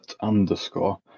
underscore